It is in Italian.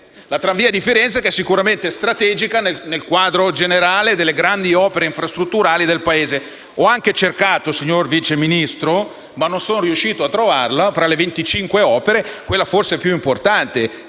Tale tramvia è sicuramente strategica nel quadro generale delle grandi opere infrastrutturali del Paese. Ho anche cercato, signor Vice Ministro (ma non sono riuscito a trovarla), tra le 25 opere quella forse più importante,